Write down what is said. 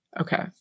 Okay